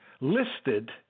listed